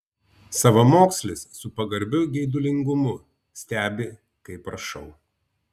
savamokslis su pagarbiu geidulingumu stebi kaip rašau